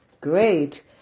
great